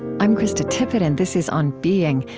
i'm krista tippett, and this is on being.